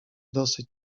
dosyć